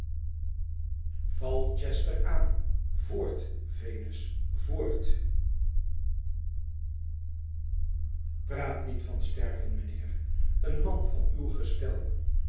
val chester aan voort venus voort i praat niet van sterven meneer en man van uw gestel